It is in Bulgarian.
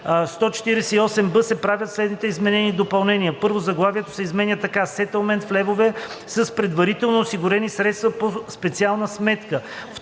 148б се правят следните изменения и допълнения: 1. Заглавието се изменя така: „Сетълмент в левове с предварително осигурени средства по специална сметка“